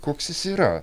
koks jis yra